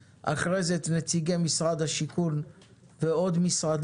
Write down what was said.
כבר השתתפתי בדיונים בוועדת הפנים בשנות ה-60,